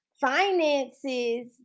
finances